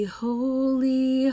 holy